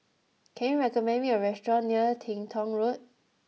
can you recommend me a restaurant near Teng Tong Road